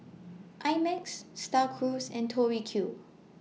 I Max STAR Cruise and Tori Q